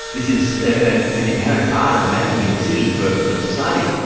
this is an an inherent part of making a decision for for society.